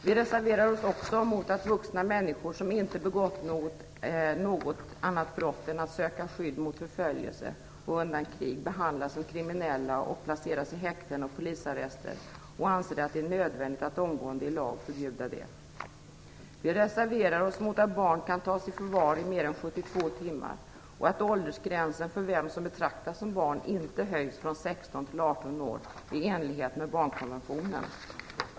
Vi reserverar oss också mot att vuxna människor som inte har begått något annat brott än att söka skydd mot förföljelse och undan krig behandlas som kriminella och placeras i häkten och polisarrester. Vi anser att det är nödvändigt att omgående i lag förbjuda det. Vi reserverar oss mot att barn kan tas i förvar i mer än 72 timmar och att åldersgränsen för vem som betraktas som barn inte höjs från 16 år till 18 år, i enlighet med barnkonventionen.